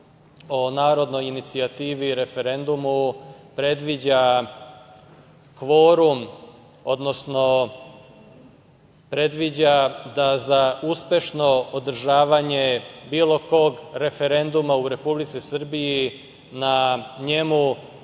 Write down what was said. o narodnoj inicijativi i referendumu predviđa kvorum, odnosno predviđa da za uspešno održavanje bilo kog referenduma u Republici Srbiji na njemu